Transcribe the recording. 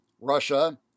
Russia